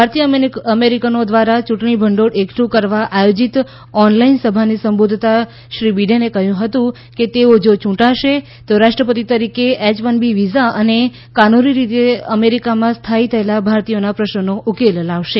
ભારતીય અમેરિકનો દ્વારા ચૂંટણીભંડોળ એકઠું કરવા આયોજીત ઓનલાઈન સભાને સંબોધતાં શ્રી બીડેને કહ્યુ હતું કે તેઓ જો યૂંટાશે તો રાષ્ટ્રપતિ તરીકે એચ વન બી વિઝા અને કાનૂની રીતે અમેરિકામાં સ્થાથી થયેલા ભારતીયોના પ્રશ્નોનો ઉકેલ લાવશે